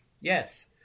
Yes